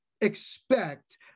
expect